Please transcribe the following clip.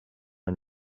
and